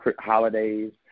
holidays